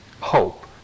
hope